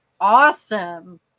awesome